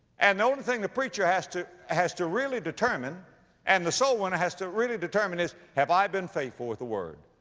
and the only thing the preacher has to, ah has to really determine and the soul-winner has to really determine is, have i been faithful with the word?